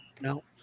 no